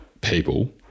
people